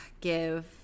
give